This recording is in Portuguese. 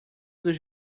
dos